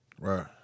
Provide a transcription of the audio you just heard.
Right